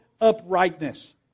uprightness